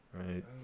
Right